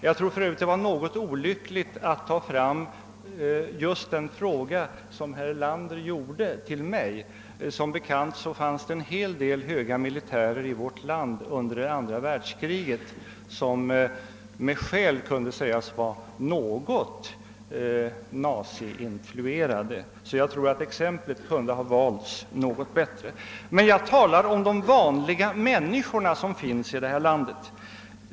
Jag tror för övrigt att det var något olyckligt av honom att ställa just den fråga som herr Erlander riktade till mig. Som bekant fanns det en hel del höga militärer i vårt land under andra världskriget som med skäl kunde sägas vara något naziinfluerade. Exemplet kunde ha valts bättre. Jag talar om de vanliga människorna som finns i vårt land.